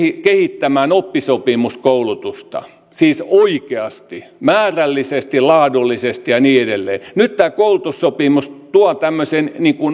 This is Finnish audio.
kehittämään oppisopimuskoulutusta siis oikeasti määrällisesti laadullisesti ja niin edelleen nyt tämä koulutussopimus tuo tähän tämmöisen